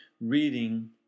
reading